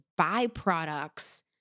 byproducts